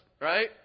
right